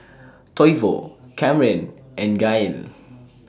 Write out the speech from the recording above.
Toivo Camren and Gael